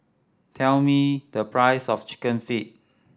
tell me the price of Chicken Feet